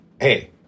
Hey